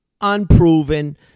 Unproven